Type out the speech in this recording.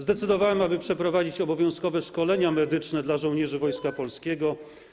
Zdecydowałem, aby przeprowadzić obowiązkowe szkolenia medyczne dla żołnierzy Wojska Polskiego.